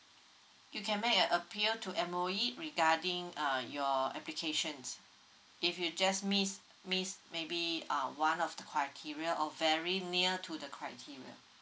you can make an appeal to M_O_E regarding uh your applications if you just miss means maybe uh one of the criteria or very near to the criteria